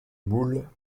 moule